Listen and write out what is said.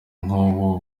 nk’ubu